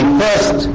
first